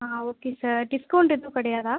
ஆ okay sir discount எதும் கிடையாதா